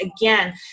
Again